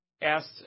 Asked